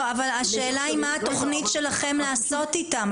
אבל השאלה היא מה התוכנית שלכם לעשות איתם?